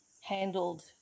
handled